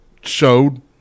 showed